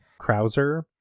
Krauser